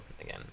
again